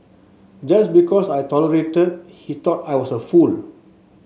just because I tolerated he thought I was a fool